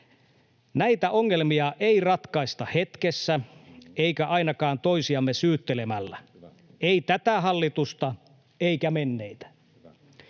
Näitä ongelmia ei ratkaista hetkessä eikä ainakaan toisiamme syyttelemällä. Ei tätä hallitusta eikä menneitä.